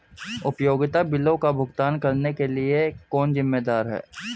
उपयोगिता बिलों का भुगतान करने के लिए कौन जिम्मेदार है?